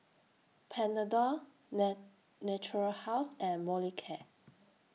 Panadol net Natura House and Molicare